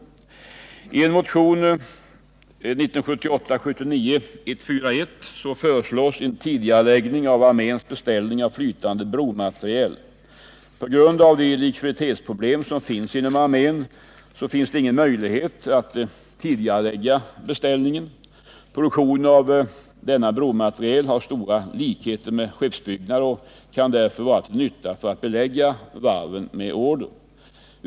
I motionen 1978/79:141 föreslås en tidigareläggning av arméns beställning av flytande bromateriel. På grund av likviditetsproblem inom armén finns det ingen möjlighet att tidigarelägga beställningen. Produktionen av denna bromateriel har stora likheter med skeppsbyggnad och kan därför vara till nytta för att belägga varven med order.